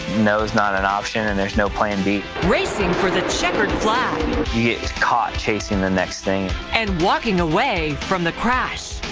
no is not an option and there's no plan b. racing for the checkered flag. you get caught chasing the next thing. and walking away from the crash.